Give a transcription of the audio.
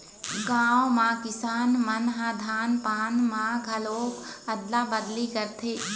गाँव म किसान मन ह धान पान म घलोक अदला बदली करथे